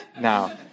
now